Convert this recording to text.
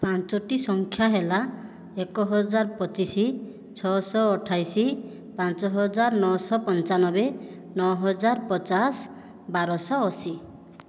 ପାଞ୍ଚୋଟି ସଂଖ୍ୟା ହେଲା ଏକ ହଜାର ପଚିଶ ଛଅଶହ ଅଠାଇଶ ପାଞ୍ଚ ହଜାର ନଅଶହ ପଞ୍ଚାନବେ ନଅ ହଜାର ପଚାଶ ବାରଶହ ଅଶୀ